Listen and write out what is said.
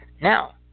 Now